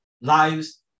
lives